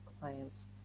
clients